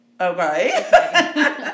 okay